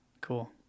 Cool